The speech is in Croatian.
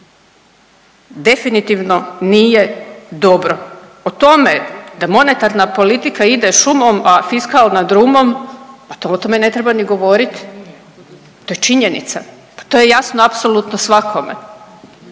Definitivno nije dobro. O tome da monetarna politika ide šumom, a fiskalna drumom, pa o tome ne treba ni govoriti. To je činjenica, pa to je jasno apsolutno svakome.